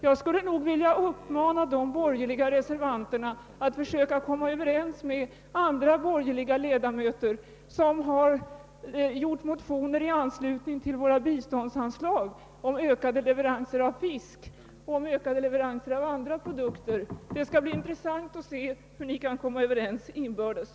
Jag skulle vilja uppmana de borgerliga reservanterna att ta kontakt med andra borgerliga ledamöter som i anledning av biståndsanslagen har framställt motioner om ökade leveranser av fisk och andra produkter. Det skall bli intressant att se om ni kan komma överens inbördes.